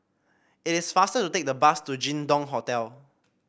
it is faster to take the bus to Jin Dong Hotel